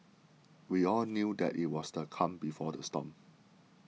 we all knew that it was the calm before the storm